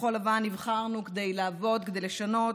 בכחול לבן, נבחרנו כדי לעבוד, כדי לשנות.